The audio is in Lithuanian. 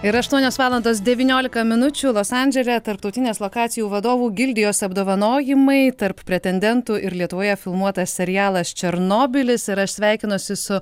ir aštuonios valandos devyniolika minučių los andžele tarptautinės lokacijų vadovų gildijos apdovanojimai tarp pretendentų ir lietuvoje filmuotas serialas černobylis ir aš sveikinosi su